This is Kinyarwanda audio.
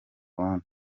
abandi